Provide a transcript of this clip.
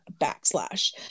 backslash